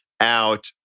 out